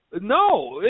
No